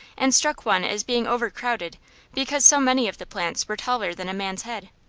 and struck one as being overcrowded because so many of the plants were taller than a man's head.